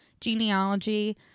genealogy